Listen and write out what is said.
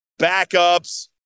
backups